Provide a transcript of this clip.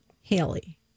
Haley